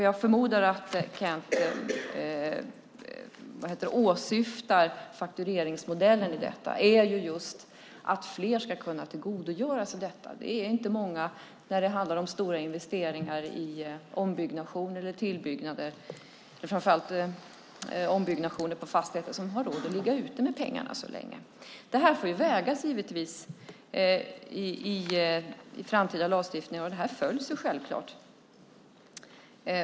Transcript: Jag förmodar att Kent åsyftar faktureringsmodellen i detta. Tanken är just att fler ska kunna tillgodogöra sig det. När det handlar om stora investeringar i ombyggnation eller tillbyggnader och framför allt ombyggnationer på fastigheter är det inte många som har råd att ligga ute med pengarna så länge. Det får givetvis vägas i framtida lagstiftningar, och de nya reglerna följs självklart.